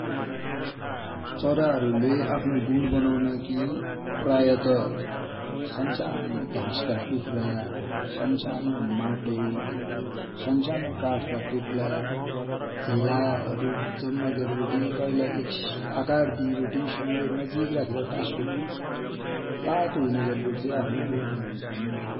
चराहरू ले आफ्नो गुड बनौनाकि प्राय त सन साना घास का टुक्रा, सन साना माटो, सन साना काठ का टुक्रा, झेडाहरु जम्मा गर्बटी तैल​ऐ एक आकार दिएबटी सबै नजिक राख्बटी टासिबटि तातो हुनेगरिबटी आफ्नो गुँड बनाउन्छ्न ।